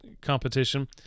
competition